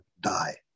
die